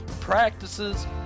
practices